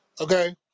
okay